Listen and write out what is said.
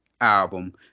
album